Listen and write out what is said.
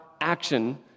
action